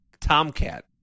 Tomcat